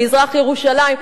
במזרח-ירושלים.